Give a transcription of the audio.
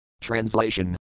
Translation